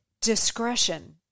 discretion